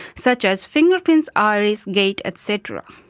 such as fingerprints, iris, gait et cetera.